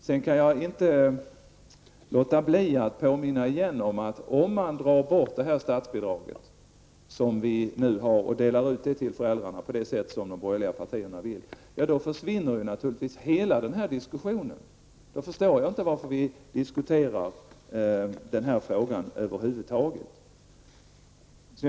Sedan kan jag inte låta bli att åter påminna om att om man drar bort det nuvarande statsbidraget och delar ut det till föräldrarna på det sätt som de borgerliga partierna vill, försvinner naturligtvis hela denna diskussion. Då förstår jag inte varför vi över huvud taget diskuterar denna fråga.